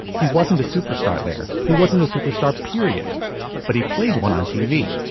he wasn't a superstar. there he wasn't a superstar, period but he played one on tv.